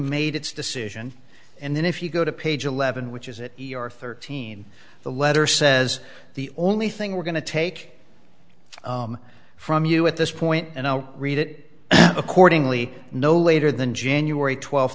made its decision and then if you go to page eleven which is it your thirteen the letter says the only thing we're going to take from you at this point and read it accordingly no later than january twelfth